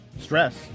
stress